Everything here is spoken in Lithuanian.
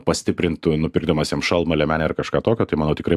pastiprintum nupirkdamas jam šalmą liemenę ar kažką tokio tai mano tikrai